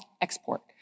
export